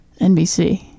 NBC